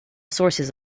sources